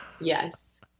Yes